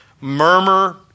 murmur